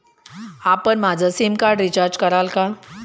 आपण माझं sim card recharge कराल का?